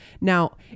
Now